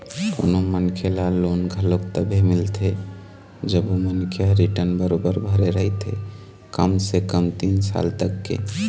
कोनो मनखे ल लोन घलोक तभे मिलथे जब ओ मनखे ह रिर्टन बरोबर भरे रहिथे कम से कम तीन साल तक के